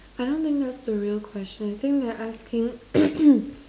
I don't think that's the real question I think they're asking